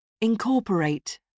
incorporate